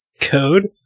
code